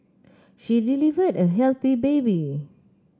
she delivered a healthy baby